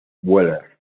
wheeler